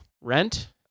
Rent